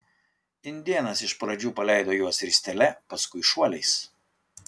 indėnas iš pradžių paleido juos ristele paskui šuoliais